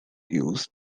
use